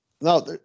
No